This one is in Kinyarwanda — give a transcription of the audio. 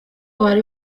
bari